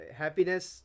happiness